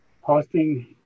hosting